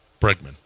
Bregman